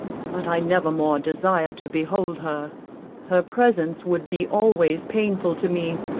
but i never more desire to behold her her presence would be always painful to me,